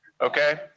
Okay